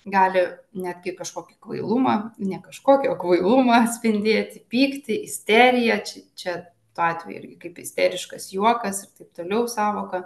gali netgi kažkokį kvailumą ne kažkokį o kvailumą atspindėti pyktį isteriją či čia tuo atveju irgi kaip isteriškas juokas ir taip toliau sąvoka